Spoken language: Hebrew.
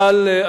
אבל,